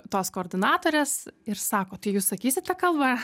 tos koordinatorės ir sako tai jūs sakysite kalbą